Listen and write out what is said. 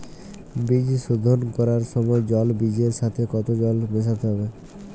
বীজ শোধন করার সময় জল বীজের সাথে কতো জল মেশাতে হবে?